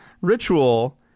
ritual